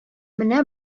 менә